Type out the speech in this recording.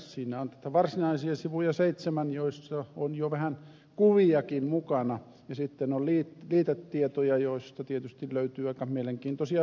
siinä on varsinaisia sivuja seitsemän joissa on jo vähän kuviakin mukana ja sitten on liitetietoja joista tietysti löytyy aika mielenkiintoisia asioita sieltäkin